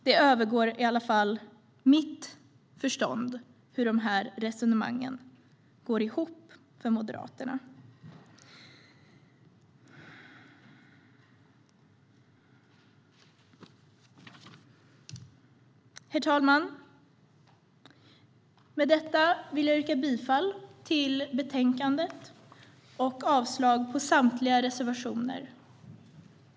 Det övergår i alla fall mitt förstånd hur resonemangen går ihop för Moderaterna. Herr talman! Med detta yrkar jag bifall till utskottets förslag i betänkandet och avslag på samtliga reservationer.